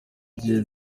gihe